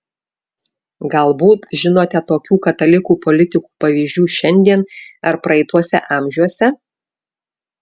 galbūt žinote tokių katalikų politikų pavyzdžių šiandien ar praeituose amžiuose